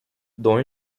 dont